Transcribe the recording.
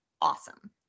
Awesome